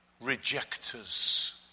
rejectors